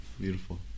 Beautiful